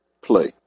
play